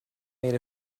made